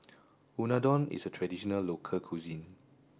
Unadon is a traditional local cuisine